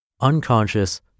unconscious